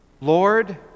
Lord